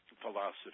philosophy